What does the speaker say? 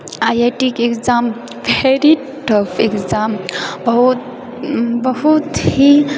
आइआइटीके exam very tough exam बहुत बहुत ही